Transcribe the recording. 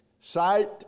Sight